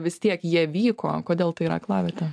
vis tiek jie vyko kodėl tai yra aklavietė